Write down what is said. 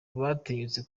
batinyutse